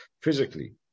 physically